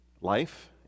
life